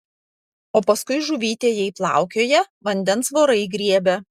o paskui žuvytė jei plaukioja vandens vorai griebia